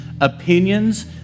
opinions